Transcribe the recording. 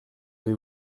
avez